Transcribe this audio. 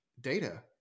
data